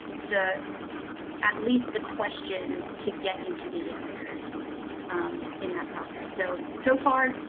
the at least the questions to get you to the answers in that process. so, so far,